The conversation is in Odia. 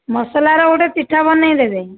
ମସଲାର ଗୋଟେ ଚିଠା ବନେଇଦେବେ